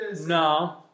No